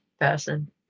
person